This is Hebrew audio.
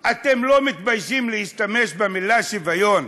אתם לא מתביישים להשתמש במילה "שוויון"